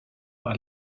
par